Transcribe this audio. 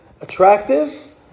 attractive